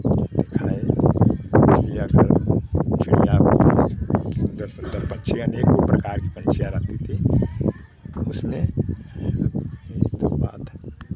दिखाए चिड़ियाघर चिड़ियाघर में सुंदर सुंदर पक्षियाँ अनेकों प्रकार के पक्षियाँ रहती थी उसमें यही तो बात है